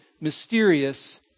mysterious